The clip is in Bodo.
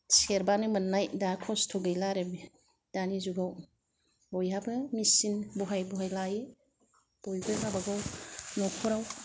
सेरबानो मोन्नाय दा खस्त' गैला आरो बि दानि जुगाव बयहाबो मेसिन बहाय बहाय लायो बयबो गावबा गाव नखराव